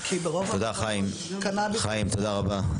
חיים, תודה רבה.